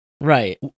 right